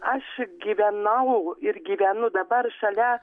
aš gyvenau ir gyvenu dabar šalia